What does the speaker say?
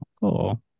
Cool